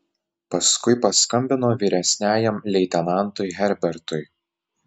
paskui paskambino vyresniajam leitenantui herbertui